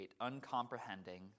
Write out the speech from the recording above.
uncomprehending